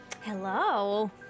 Hello